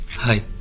Hi